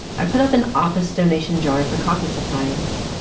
i put up an office donation jar for coffee supplies.